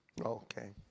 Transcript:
Okay